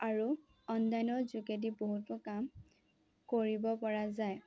আৰু অনলাইনৰ যোগেদি বহুতো কাম কৰিব পৰা যায়